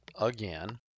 again